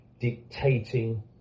dictating